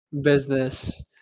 business